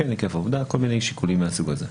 כל מיני שיקולים מהסוג הזה.